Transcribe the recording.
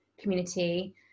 community